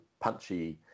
punchy